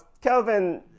Kelvin